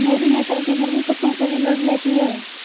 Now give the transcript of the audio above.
नूरी नस्ल की मुर्गी कुत्तों से भी लड़ लेती है